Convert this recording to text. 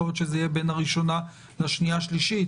יכול להיות שזה יהיה בין הראשונה לשנייה שלישית,